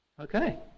Okay